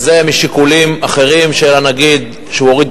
וזה משיקולים אחרים של הנגיד שהוא הוריד